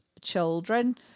children